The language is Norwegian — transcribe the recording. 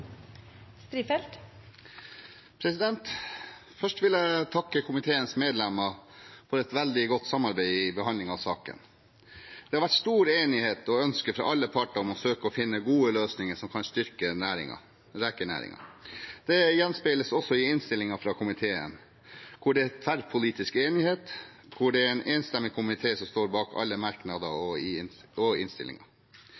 3 minutter. Først vil jeg takke komiteens medlemmer for et veldig godt samarbeid i behandlingen av saken. Det har vært stor enighet og et ønske fra alle parter å søke å finne gode løsninger som kan styrke rekenæringen. Det gjenspeiles også i innstillingen fra komiteen, der det er tverrpolitisk enighet, og der det er en enstemmig komité som står bak alle merknader